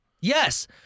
Yes